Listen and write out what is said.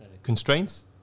Constraints